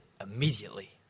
immediately